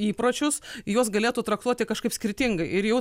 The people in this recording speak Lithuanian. įpročius juos galėtų traktuoti kažkaip skirtingai ir jau